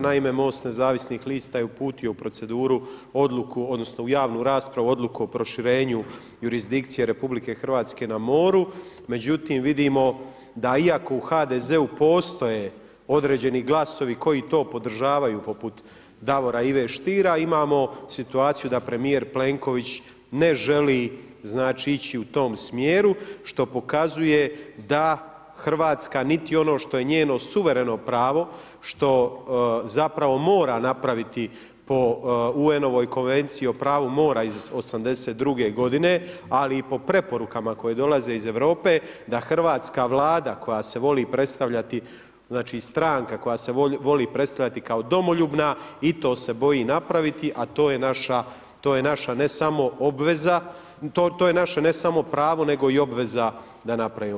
Naime, Most nezavisnih lista je uputio u proceduru odluku odnosno u javnu raspravu Odluku o proširenju jurisdikcije RH na moru, međutim vidimo da iako u HDZ-u postoje određeni glasovi koji to podržavaju poput Davora Ive Stiera, imamo situaciju da premijer Plenković ne želi ići u tom smjeru što pokazuje da Hrvatska niti ono što je njeno suvereno pravo, što zapravo mora napraviti po UN-ovoj Konvenciji i pravu mora iz '82. godine, ali i po preporukama koje dolaze iz Europe da hrvatska Vlada koja se voli predstavljati znači stranka koja se voli predstavljati kao domoljubna i to se boji napraviti, a to naša ne samo obveza, to je naše ne samo pravo nego i obveza da napravimo.